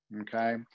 okay